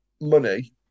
money